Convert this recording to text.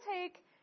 take